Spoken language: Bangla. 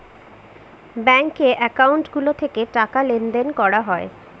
ব্যাঙ্কে একাউন্ট গুলো থেকে টাকা লেনদেন করা হয়